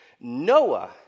Noah